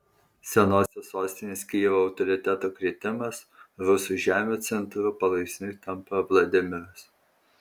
senosios sostinės kijevo autoriteto kritimas rusų žemių centru palaipsniui tampa vladimiras